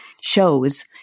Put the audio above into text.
shows